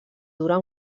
durar